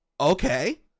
Okay